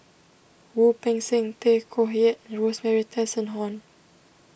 Wu Peng Seng Tay Koh Yat and Rosemary Tessensohn